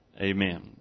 amen